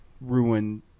ruin